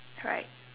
right